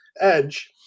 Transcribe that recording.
Edge